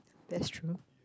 that's true